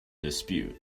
dispute